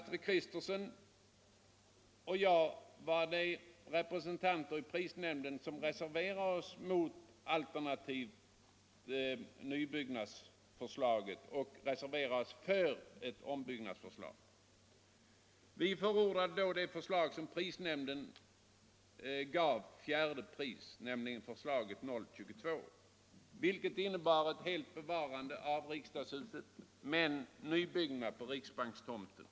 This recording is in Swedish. Fru Kristensson och jag var de enda representanterna i prisnämnden som reserverade oss för ombyggnadsalternativet. Vi förordade då det förslag som av prisnämnden fick fjärde pris — betecknat nr 022 - och det innebar ett helt bevarande av riksdagshuset men nybyggnad på riksbankstomten.